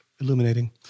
illuminating